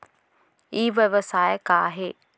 ई व्यवसाय का हे?